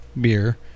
beer